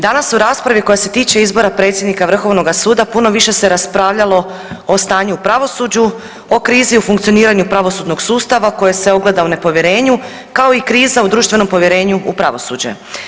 Danas u raspravi koja se tiče izbora predsjednika Vrhovnoga suda puno više se raspravljalo o stanju u pravosuđu, o krizi u funkcioniranju pravosudnog sustava koje se ogleda u nepovjerenju kao i kriza u društvenom povjerenju u pravosuđe.